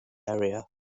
area